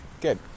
Good